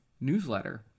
newsletter